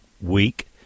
week